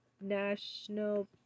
national